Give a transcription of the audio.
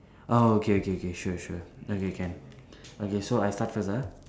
oh okay okay okay sure sure okay can okay so I start first ah